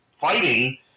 fighting